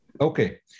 Okay